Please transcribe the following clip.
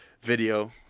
video